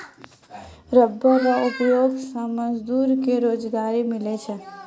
rubber रो उपयोग से मजदूर के रोजगारी मिललै